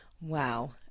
Wow